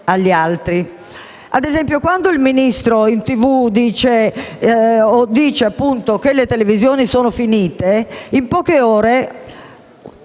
Ad esempio, quando il Ministro in televisione dice che le televisioni sono finite, in poche ore